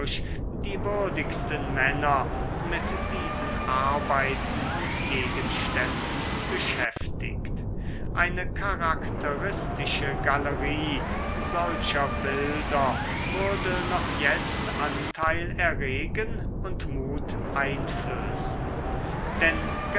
die würdigsten männer mit diesen arbeiten und gegenständen beschäftigt eine charakteristische galerie solcher bilder würde noch jetzt anteil erregen und mut einflößen denn